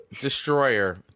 Destroyer